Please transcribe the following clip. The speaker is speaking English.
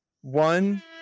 one